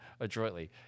adroitly